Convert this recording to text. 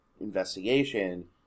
investigation